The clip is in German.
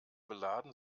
beladen